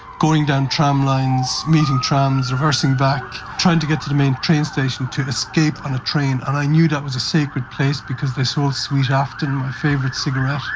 going down tramlines, meeting trams, reversing back, trying to get to the main train station to escape on a train, and i knew that was a sacred place because they sold sweet afton, my favourite cigarette.